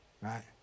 right